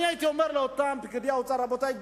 הייתי אומר לאותם פקידי האוצר: רבותי,